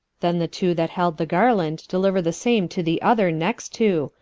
then the two that held the garland, deliuer the same to the other next two,